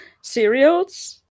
cereals